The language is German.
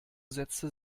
sätze